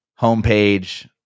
homepage